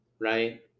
Right